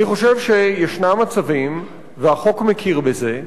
אני חושב שיש מצבים, והחוק מכיר בזה,